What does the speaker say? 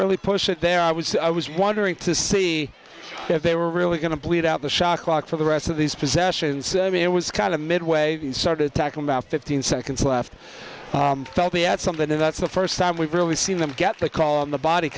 really pushed it there i was i was wondering to see if they were really going to bleed out the shot clock for the rest of these possessions i mean it was kind of midway and start attacking about fifteen seconds left me at something then that's the first time we've really seen them get the call on the body